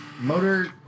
motor